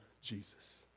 Jesus